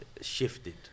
shifted